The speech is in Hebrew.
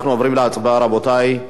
אנחנו עוברים להצבעה, רבותי.